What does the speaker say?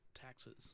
taxes